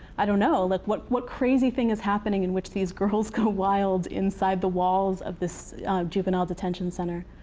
i don't know. like what what crazy thing is happening in which these girls go wild inside the walls of this juvenile detention center.